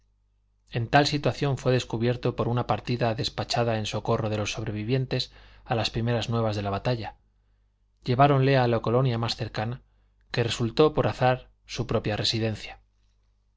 en tal situación fue descubierto por una partida despachada en socorro de los sobrevivientes a las primeras nuevas de la batalla lleváronle a la colonia más cercana que resultó por azar su propia residencia